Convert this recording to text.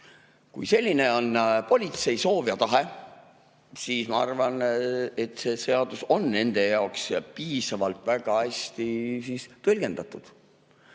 Kui selline on politsei soov ja tahe, siis ma arvan, et see seadus on nende jaoks piisavalt hästi tõlgendatud.